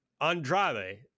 Andrade